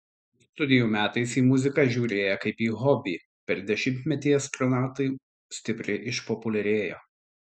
studijų metais į muziką žiūrėję kaip į hobį per dešimtmetį astronautai stipriai išpopuliarėjo